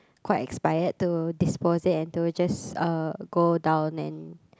quite expired to dispose it and to just uh go down and